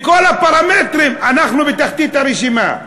בכל הפרמטרים אנחנו בתחתית הרשימה.